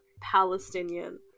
Palestinian